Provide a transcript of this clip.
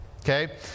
okay